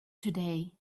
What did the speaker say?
today